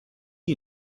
you